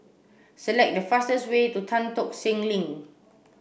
select the fastest way to Tan Tock Seng Link